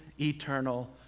eternal